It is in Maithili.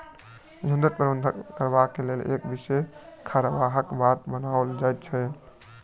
झुंडक प्रबंधन करबाक लेल एक विशेष खाकाक बाट बनाओल जाइत छै